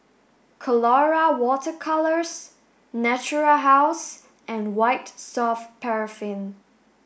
Colora Water Colours Natura House and White soft paraffin